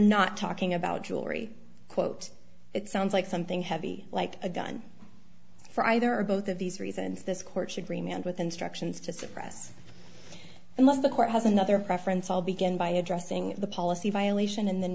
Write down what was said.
not talking about jewelry quote it sounds like something heavy like a gun for either or both of these reasons this court should remain with instructions to suppress and let the court has another preference i'll begin by addressing the policy violation and then